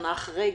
שנה אחרי,